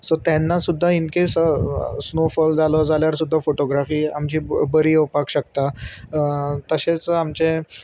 so तेन्ना सुद्दा in case snow fall जालो जाल्यार सुद्दां फोटोग्राफी आमची बरी येवपाक शकता तशेंच आमचें